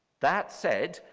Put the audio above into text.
that said,